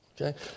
Okay